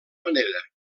manera